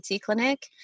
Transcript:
clinic